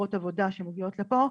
מהגרות עבודה שמגיעות לפה.